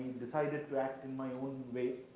decided to act in my own way,